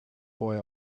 boy